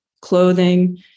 clothing